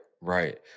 Right